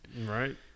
Right